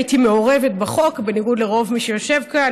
הייתי מעורבת בחוק, בניגוד לרוב מי שיושב כאן.